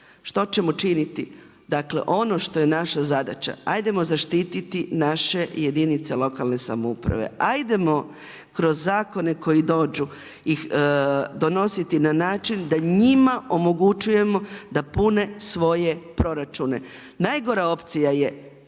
što ćemo činiti? Dakle ono što je naša zadaća, ajdemo zaštititi naše jedinice lokalne samouprave, ajdemo kroz zakone koji dođu i donositi na način da njima omogućujemo da pune svoje proračune. Najgora opcija je